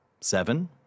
Seven